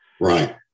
Right